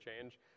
change